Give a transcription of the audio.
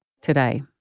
today